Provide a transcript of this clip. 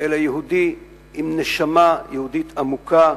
אלא יהודי עם נשמה יהודית עמוקה,